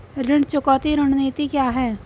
ऋण चुकौती रणनीति क्या है?